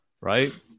right